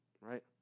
right